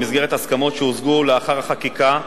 במסגרת הסכמות שהושגו לאחר החקיקה,